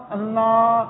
Allah